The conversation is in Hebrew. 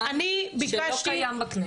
דיון בוועדה, זה זמן שלא קיים בכנסת.